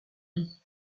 lit